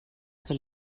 que